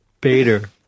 Bader